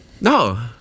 No